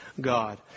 God